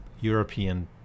European